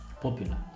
popular